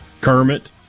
Kermit